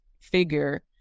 figure